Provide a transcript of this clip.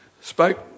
spoke